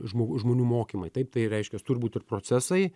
žmo žmonių mokymai taip tai reiškias turi būt ir procesai